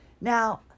now